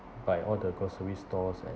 by all the grocery stores and